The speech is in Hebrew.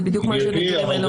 זה בדיוק מה שהנתונים האלה אומרים.